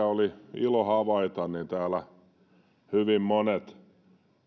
oli ilo havaita että täällä hyvin monet